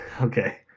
okay